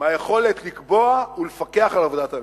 מהיכולת לקבוע ולפקח על עבודת הממשלה.